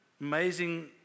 amazing